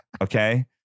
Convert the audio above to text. okay